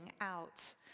out